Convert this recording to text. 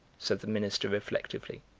said the minister reflectively.